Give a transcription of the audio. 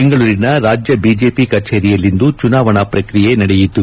ಬೆಂಗಳೂರಿನ ರಾಜ್ಯ ಬಿಜೆಪಿ ಕಚೇರಿಯಲ್ಲಿಂದು ಚುನಾವಣೆ ಪ್ರಕ್ರಿಯೆ ನಡೆಯಿತು